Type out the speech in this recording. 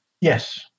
yes